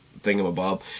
thingamabob